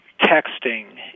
texting